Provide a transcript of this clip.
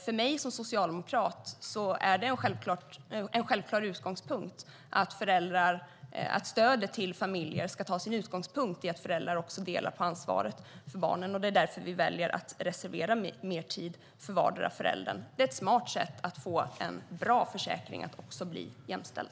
För mig som socialdemokrat är det en självklar utgångspunkt att stödet till familjer ska ta sin utgångspunkt i att föräldrar delar på ansvaret för barnen. Det är därför vi väljer att reservera mer tid för vardera föräldern. Det är ett smart sätt att få en bra försäkring att också bli jämställd.